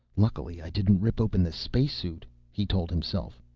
lucky i didn't rip open the spacesuit, he told himself.